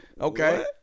okay